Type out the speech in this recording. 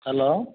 hello